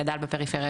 גדל בפריפריה,